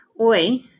oi